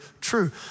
true